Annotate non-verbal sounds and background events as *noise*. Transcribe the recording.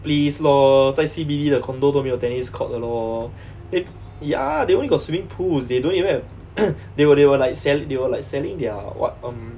please lor 在 C_B_D 的 condominium 都没有 tennis court 的 lor they ya they only got swimming pools they don't even have *noise* they were they were like sell~ they were like selling their [what] um